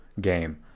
game